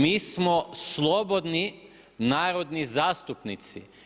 Mi smo slobodni narodni zastupnici.